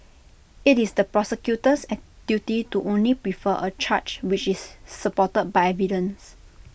IT is the prosecutor's duty to only prefer A charge which is supported by evidence